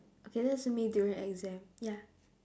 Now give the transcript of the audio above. okay that's me during exam ya